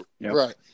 Right